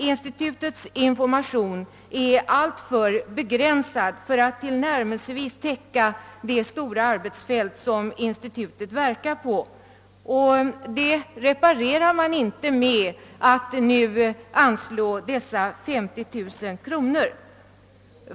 Institutets information är alltför begränsad för att tillnärmelsevis täcka det stora arbetsfält som institutet verkar på, och detta reparerar man inte genom att nu anslå dessa 50 000 kronor.